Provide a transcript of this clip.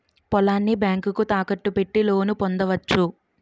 పొలాన్ని బ్యాంకుకు తాకట్టు పెట్టి లోను పొందవచ్చు